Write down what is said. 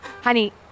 Honey